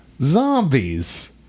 Zombies